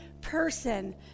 person